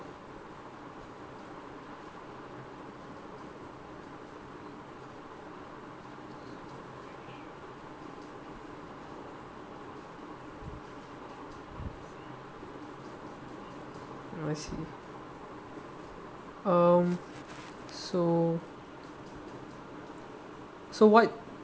I see um so so what